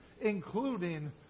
including